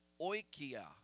oikia